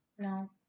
No